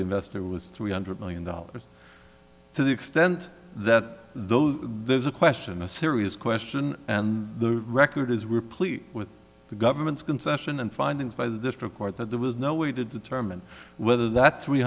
investor was three hundred million dollars to the extent that those there's a question a serious question and the record is replete with the government's concession and findings by the district court that there was no way to determine whether that three